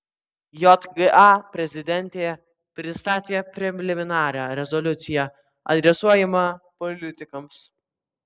jga prezidentė pristatė preliminarią rezoliuciją adresuojamą politikams